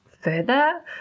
further